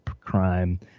crime